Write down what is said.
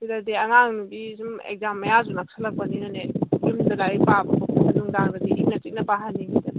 ꯁꯤꯗꯗꯤ ꯑꯉꯥꯡ ꯅꯨꯕꯤꯁꯨ ꯑꯦꯛꯖꯥꯝ ꯃꯌꯥꯁꯨ ꯅꯛꯁꯜꯂꯛꯄꯅꯤꯅꯅꯦ ꯌꯨꯝꯗ ꯂꯥꯏꯔꯤꯛ ꯄꯥꯕ ꯈꯣꯠꯄꯁꯨ ꯅꯨꯡꯗꯥꯡꯗꯗꯤ ꯏꯪꯅ ꯆꯤꯛꯅ ꯄꯥꯍꯟꯅꯤꯡꯕꯅꯤ